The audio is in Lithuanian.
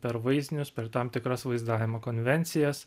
per vaizdinius per tam tikras vaizdavimo konvencijas